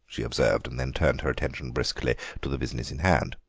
she observed, and then turned her attention briskly to the business in hand.